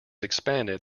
expanded